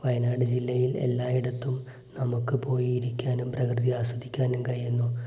വയനാട് ജില്ലയിൽ എല്ലായിടത്തും നമുക്ക് പോയിരിക്കാനും പ്രകൃതി ആസ്വദിക്കാനും കഴിയുന്നു